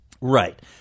Right